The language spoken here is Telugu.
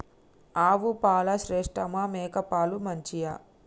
ఆవు పాలు శ్రేష్టమా మేక పాలు మంచియా?